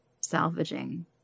salvaging